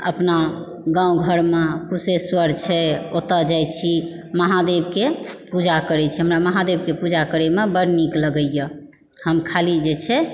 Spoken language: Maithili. अपना गाँव घरमे कुशेश्वर छै ओतऽ जाइ छी महादेवके पूजा करै छी हमरा महादेवके पूजा करयमे बड़ नीक लगैया हम खाली जे छै